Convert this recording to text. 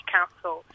Council